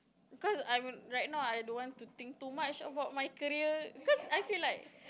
cause I'm right now I don't want to think too much about my career cause I feel like